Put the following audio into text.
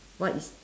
what is